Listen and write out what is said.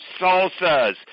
salsas